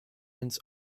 ins